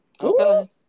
Okay